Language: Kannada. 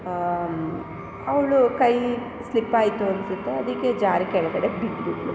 ಅವಳು ಕೈ ಸ್ಲಿಪ್ಪಾಯಿತು ಅನ್ಸುತ್ತೆ ಅದಕ್ಕೆ ಜಾರಿ ಕೆಳಗಡೆ ಬಿದ್ಬಿಟ್ಲು